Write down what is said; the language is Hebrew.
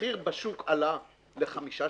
המחיר בשוק עלה ל-5 שקלים,